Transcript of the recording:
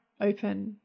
open